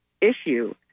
issue